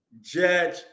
judge